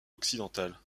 occidentale